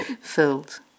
filled